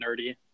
nerdy